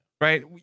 right